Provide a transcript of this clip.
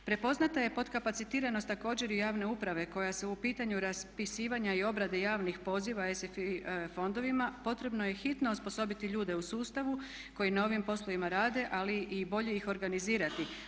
Prepoznata je potkapacitiranost također i javne uprave koja se u pitanju raspisivanja i obrade javnih poziva ESI fondovima potrebno je hitno osposobiti ljude u sustavu koji na ovim poslovima rade, ali i bolje ih organizirati.